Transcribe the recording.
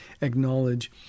acknowledge